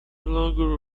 longer